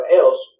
else